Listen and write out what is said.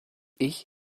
ich